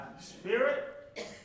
spirit